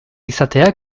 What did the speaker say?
izatea